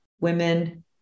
women